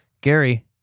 Gary